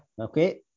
Okay